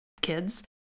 kids